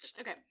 Okay